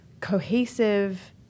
cohesive